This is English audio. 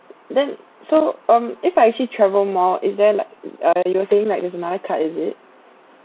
then so um if I actually travel more is there like uh you're saying like there's another card is it